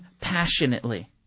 passionately